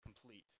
complete